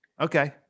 Okay